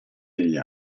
degli